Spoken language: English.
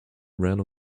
ran